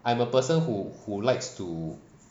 I am a person who who likes to